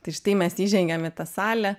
tai štai mes įžengėm į tą salę